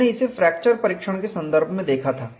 हमने इसे फ्रैक्चर परीक्षण के संदर्भ में देखा था